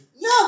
No